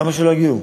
למה שלא יגיעו?